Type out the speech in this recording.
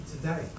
today